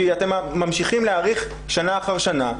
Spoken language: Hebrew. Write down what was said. כי אתם ממשיכים להאריך שנה אחר שנה,